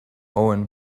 own